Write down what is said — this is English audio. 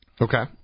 Okay